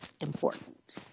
important